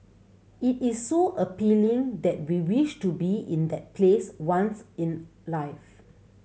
it is so appealing that we wish to be in that place once in life